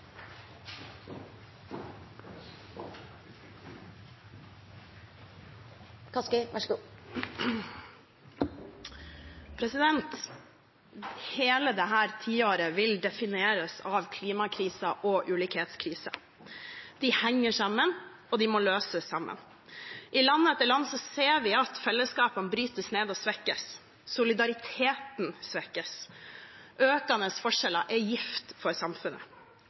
Hele dette tiåret vil defineres av klimakrisen og ulikhetskrisen. De henger sammen, og de må løses sammen. I land etter land ser vi at fellesskapene brytes ned og svekkes – solidariteten svekkes. Økende forskjeller er gift for samfunnet.